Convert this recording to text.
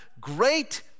great